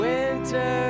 Winter